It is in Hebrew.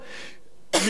ממשלת ישראל,